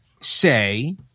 Say